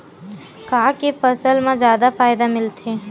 का के फसल मा जादा फ़ायदा मिलथे?